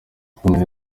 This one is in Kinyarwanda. ukomeye